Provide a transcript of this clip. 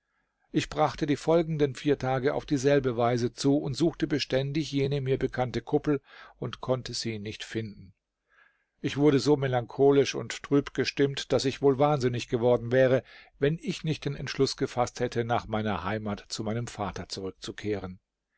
ich brachte die folgenden vier tage auf dieselbe weise zu und suchte beständig jene mir bekannte kuppel und konnte sie nicht finden ich wurde so melancholisch und trüb gestimmt daß ich wohl wahnsinnig geworden wäre wenn ich nicht den entschluß gefaßt hätte nach meiner heimat zu meinem vater zurückzukehren